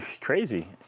crazy